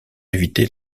éviter